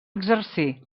exercir